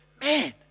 man